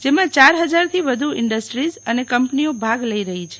જેમાં ચાર હજારથી વ્ધુ ઇન્ડસ્ટ્રીઝ અને કંપનીઓ ભાગ લઇ રહી છે